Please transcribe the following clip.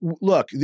look